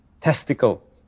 testicle